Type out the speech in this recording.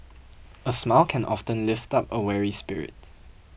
a smile can often lift up a weary spirit